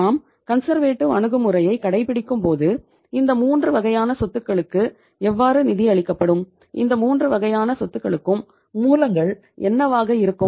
நாம் கன்சர்வேட்டிவ் அணுகுமுறையை கடைபிடிக்கும் போது இந்த மூன்று வகையான சொத்துக்களுக்கு எவ்வாறு நிதி அளிக்கப்படும் இந்த மூன்று வகையான சொத்துக்களுக்கும் மூலங்கள் என்னவாக இருக்கும்